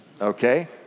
okay